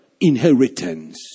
inheritance